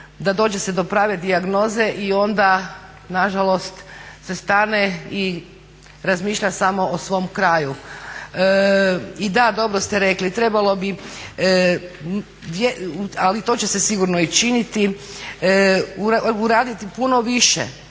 da dođe se do prave dijagnoze i onda nažalost se stane i razmišlja samo o svom kraju. I da, dobro ste rekli, trebalo bi ali to će se sigurno i činiti, uraditi puno više